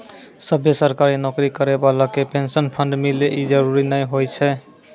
सभ्भे सरकारी नौकरी करै बाला के पेंशन फंड मिले इ जरुरी नै होय छै